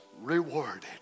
rewarded